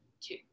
two